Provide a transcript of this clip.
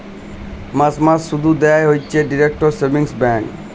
মাস মাস শুধ দেয় হইছে ডিইরেক্ট সেভিংস ব্যাঙ্ক